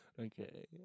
Okay